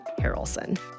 Harrelson